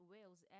Wales